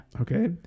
Okay